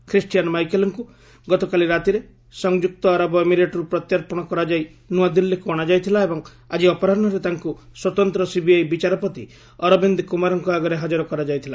Christian ମାଇକେଲଙ୍କୁ ଗତକାଲି ରାତିରେ ସଂଯୁକ୍ତ ଆରବ ଏମିରେଟ୍ରୁ ପ୍ରତ୍ୟାର୍ପଣ କରାଯାଇ ନୃଆଦିଲ୍ଲୀକୁ ଅଣାଯାଇଥିଲା ଏବଂ ଆଜି ଅପରାହୁରେ ତାଙ୍କୁ ସ୍ୱତନ୍ତ୍ର ସିବିଆଇ ବିଚାରପତି ଅରବିନ୍ଦ କୁମାରଙ୍କ ଆଗରେ ହାକର କରାଯାଇଥିଲା